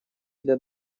для